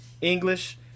English